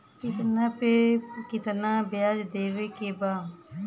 कितना पे कितना व्याज देवे के बा?